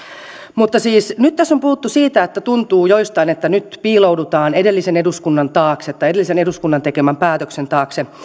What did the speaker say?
mutta nyt tässä on puhuttu siitä että joistain tuntuu että nyt piiloudutaan edellisen eduskunnan taakse tai edellisen eduskunnan tekemän päätöksen taakse